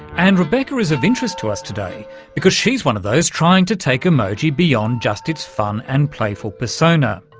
and rebecca is of interest to us today because she's actually one of those trying to take emoji beyond just its fun and playful persona.